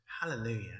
Hallelujah